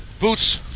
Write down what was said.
Boots